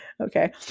Okay